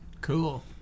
cool